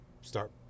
start